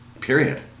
period